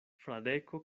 fradeko